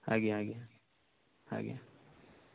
ଆଜ୍ଞା ଆଜ୍ଞା ଆଜ୍ଞା